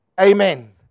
Amen